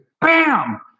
bam